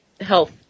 health